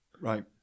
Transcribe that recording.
Right